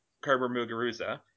Kerber-Muguruza